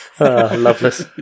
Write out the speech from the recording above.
Loveless